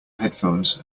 headphones